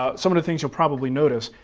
ah some of the things you'll probably notice,